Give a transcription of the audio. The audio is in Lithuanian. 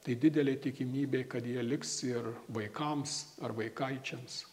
tai didelė tikimybė kad jie liks ir vaikams ar vaikaičiams